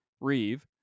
Reeve